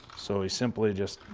so we simply just,